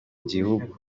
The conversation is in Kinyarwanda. gihugu